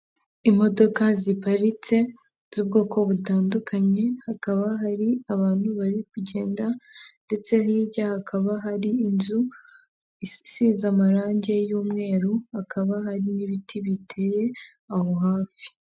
Imodoka ziparitse z'ubwoko butandukanye, hakaba hari abantu bari kugenda ndetse hirya hakaba hari inzu isize amarangi y'umweru, hakaba hari n'ibiti biteye aho hafi.